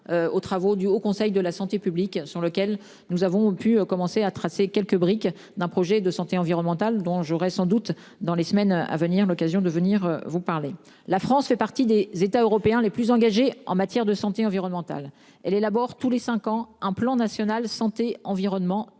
aux travaux du Haut Conseil de la santé publique, sur lequel nous avons pu commencer à tracer quelques briques d'un projet de santé environnementale dont j'aurais sans doute dans les semaines à venir. L'occasion de venir vous parler. La France fait partie des États européens les plus engagés en matière de santé environnementale elle élabore tous les 5 ans un plan national santé-environnement